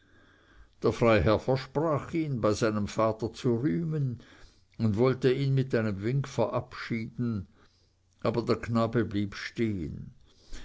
der freiherr versprach ihn bei seinem vater zu rühmen und wollte ihn mit einem wink verabschieden aber der knabe blieb stehen